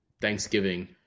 thanksgiving